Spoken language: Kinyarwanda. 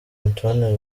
antoine